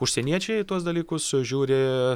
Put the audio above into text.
užsieniečiai į tuos dalykus žiūri